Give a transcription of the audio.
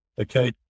okay